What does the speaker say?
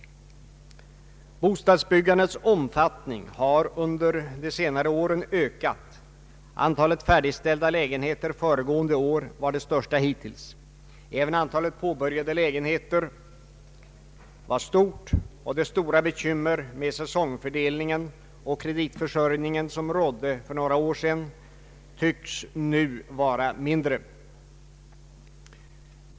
Bostadsbyggandets omfattning har under de senare åren ökat. Antalet färdigställda lägenheter föregående år var det största hittills. även antalet påbörjade lägenheter var stort, och de svåra bekymmer med säsongfördelningen och kreditförsörjningen som rådde för några år sedan tycks nu vara mindre.